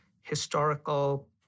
historical